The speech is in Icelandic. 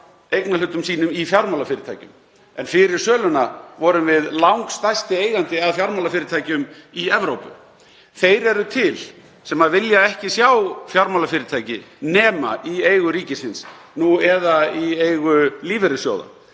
eignarhlutum sínum í fjármálafyrirtækjum, en fyrir söluna vorum við langstærsti eigandi að fjármálafyrirtækjum í Evrópu. Þeir eru til sem vilja ekki sjá fjármálafyrirtæki nema í eigu ríkisins, nú eða í eigu lífeyrissjóða.